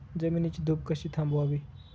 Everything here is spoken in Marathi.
जमिनीची धूप कशी थांबवावी?